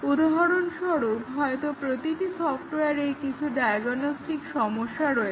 উদাহরণস্বরূপ হয়তো প্রতিটি সফটওয়ারের কিছু ডায়গনস্টিক সমস্যা রয়েছে